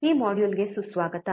ಈ ಮಾಡ್ಯೂಲ್ಗೆ ಸುಸ್ವಾಗತ